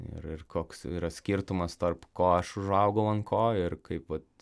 ir ir koks yra skirtumas tarp ko aš užaugau ant ko ir kaip vat